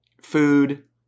food